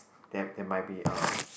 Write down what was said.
that that might be a